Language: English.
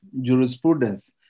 jurisprudence